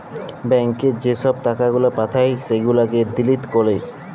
ব্যাংকে যে ছব টাকা গুলা পাঠায় সেগুলাকে ডিলিট ক্যরে